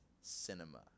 cinema